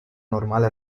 normale